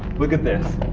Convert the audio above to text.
look at this,